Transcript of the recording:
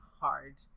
hard